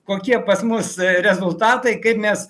kokie pas mus rezultatai kaip mes